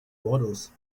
waddles